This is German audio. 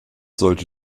sollte